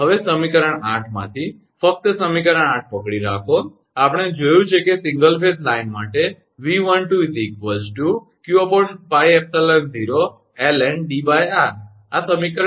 હવે સમીકરણ 8 માંથી ફક્ત સમીકરણ 8 પકડી રાખો આપણે જોયું છે કે સિંગલ ફેઝ લાઇન માટે 𝑉12 𝑞𝜋𝜖𝑜ln𝐷𝑟 આ સમીકરણ 26 છે